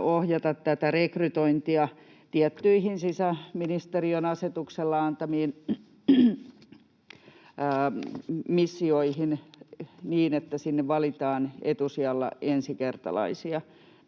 ohjata tätä rekrytointia tiettyihin sisäministeriön asetuksella antamiin missioihin niin, että sinne valitaan etusijalla ensikertalaisia.